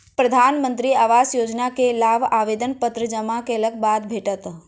प्रधानमंत्री आवास योजना के लाभ आवेदन पत्र जमा केलक बाद भेटत